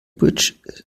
bridge